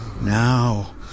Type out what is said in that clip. Now